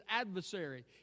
adversary